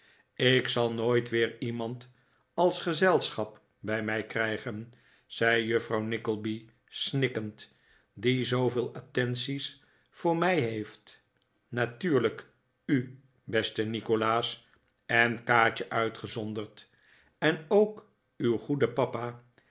ik zal nooit weer iemand als gezelschap bij mij krijgen zei juffrouw nickleby snikkend die zooveel attenties voor mij heeft natuurlijk u beste nikolaas en kaatje uitgezonderd en ook uw goede papa